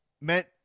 Meant